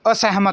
ਅਸਹਿਮਤ